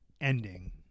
ending